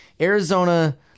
Arizona